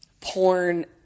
porn